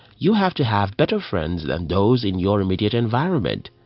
you have to have better friends than those in your immediate environment,